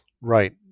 Right